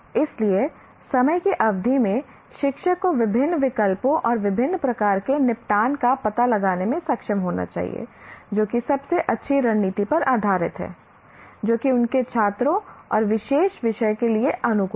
इसलिए समय की अवधि में शिक्षक को विभिन्न विकल्पों और विभिन्न प्रकार के निपटान का पता लगाने में सक्षम होना चाहिए जो कि सबसे अच्छी रणनीति पर आधारित है जो कि उनके छात्रों और विशेष विषय के लिए अनुकूल है